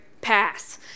pass